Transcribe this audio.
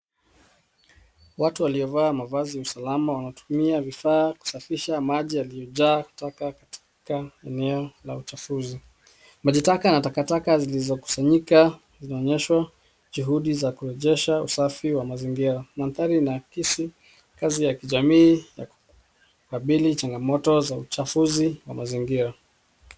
Watu waliovaa mavaazi ya usalama wanatumia vifaa kusafisha maji yaliyojaa taka katika eneo la uchafuzi. Maji taka yana takataka zilizokusanyika zinaonyeshwa juhudi za kurejesha usafi wa mazingira. Mandhari inaakisi kazi ya kijamii ya kukabili changamoto za uchafuzi wa mazingira.